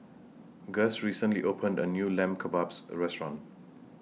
Guss recently opened A New Lamb Kebabs Restaurant